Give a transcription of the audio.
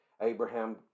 Abraham